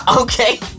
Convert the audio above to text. Okay